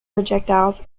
projectiles